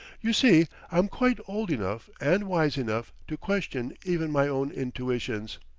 you see, i'm quite old enough and wise enough to question even my own intuitions.